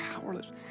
powerless